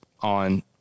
on